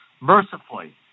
mercifully